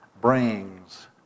brings